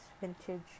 vintage